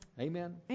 Amen